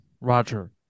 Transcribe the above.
Roger